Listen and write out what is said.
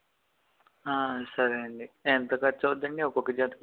సరే అండి ఎంత ఖర్చవుతుందండి ఒక్కొక్క జతకి